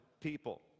people